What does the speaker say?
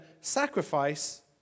sacrifice